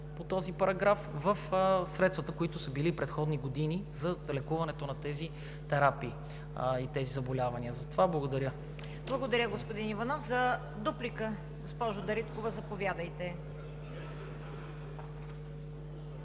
по този параграф, в средствата, които са били и предходни години за лекуването на тези терапии и тези заболявания. Затова благодаря. ПРЕДСЕДАТЕЛ ЦВЕТА КАРАЯНЧЕВА: Благодаря, господин Иванов. За дуплика – госпожо Дариткова, заповядайте.